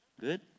good